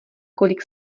kolik